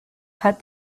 had